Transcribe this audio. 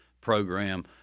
program